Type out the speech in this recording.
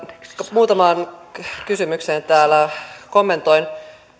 muutamaan kysymykseen täällä kommentoin